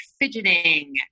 fidgeting